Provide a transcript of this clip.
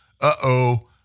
uh-oh